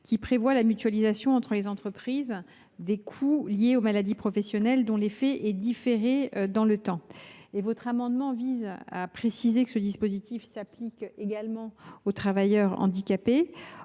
qui prévoit une mutualisation, entre les entreprises, des coûts liés aux maladies professionnelles dont l’effet est différé dans le temps. Les deux amendements visent à préciser que ledit dispositif s’applique également aux travailleurs handicapés.